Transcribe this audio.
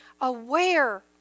aware